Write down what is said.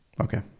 Okay